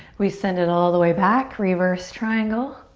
we send it all the way back, reverse triangle.